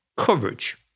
Coverage